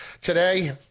today